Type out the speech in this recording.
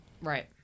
Right